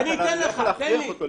אני לא יכול להכריח אותו.